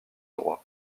droit